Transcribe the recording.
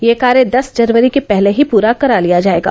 यह कार्य दस जनवरी के पहले ही पूरा करा लिया जाएगा